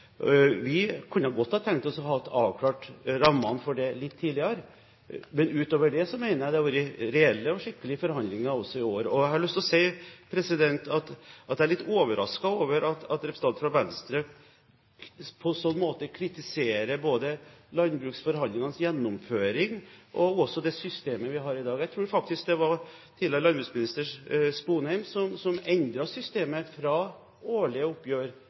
Vi kunne godt ha tenkt oss å ha avklart rammene for det litt tidligere, men utover det mener jeg det har vært reelle og skikkelige forhandlinger også i år. Jeg har lyst til å si at jeg er litt overrasket over at representanten fra Venstre på en sånn måte kritiserer både landbruksforhandlingenes gjennomføring og det systemet vi har i dag. Jeg tror faktisk det var tidligere landbruksminister Sponheim som i sin tid endret systemet fra årlige oppgjør